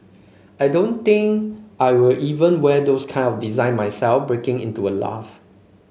I don't think I will even wear those kind of design myself breaking into a laugh